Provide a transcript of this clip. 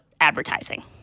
advertising